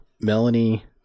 melanie